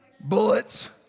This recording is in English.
Bullets